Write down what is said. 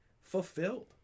fulfilled